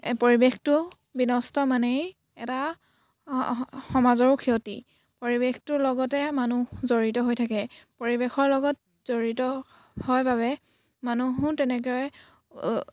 পৰিৱেশটো বিনষ্ট মানেই এটা স সমাজৰো ক্ষতি পৰিৱেশটোৰ লগতে মানুহ জড়িত হৈ থাকে পৰিৱেশৰ লগত জড়িত হয় বাবে মানুহো তেনেকৈ